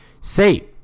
say